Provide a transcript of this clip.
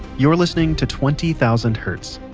you're listening to twenty thousand hertz.